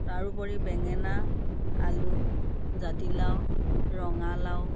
তাৰোপৰি বেঙেনা আলু জাতিলাও ৰঙালাও